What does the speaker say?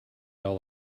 all